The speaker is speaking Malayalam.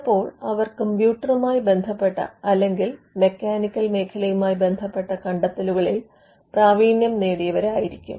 ചിലപ്പോൾ അവർ കമ്പ്യൂട്ടറുമായി ബന്ധപ്പെട്ട അല്ലെങ്കിൽ മെക്കാനിക്കൽ മേഖലയുമായി ബന്ധപ്പെട്ട കണ്ടെത്തെലുകളിൽ പ്രാവീണ്യം നേടിയവരിയിരിക്കും